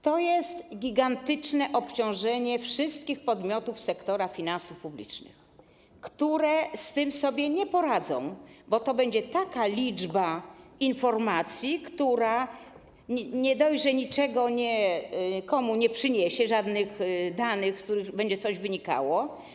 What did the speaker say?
To jest gigantyczne obciążenie wszystkich podmiotów sektora finansów publicznych, które sobie z tym nie poradzą, bo to będzie taka liczba informacji, które nie dość, że niczego nikomu nie przyniosą, żadnych danych, z których będzie coś wynikało.